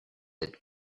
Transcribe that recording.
être